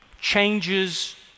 changes